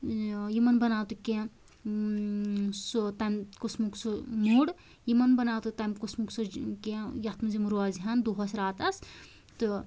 اۭں یِمَن بَناو تہٕ کیٚنٛہہ سُہ تَمہِ قٕسمُک سُہ موٚر یِمَن بَناو تہٕ تَمہِ قٕسمُک سُہ کیٚنٛہہ یَتھ منٛز یِم روزِ ہان دۄہَس راتَس تہٕ